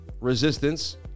resistance